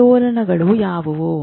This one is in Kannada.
ಆಂದೋಲನಗಳು ಯಾವುವು